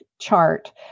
chart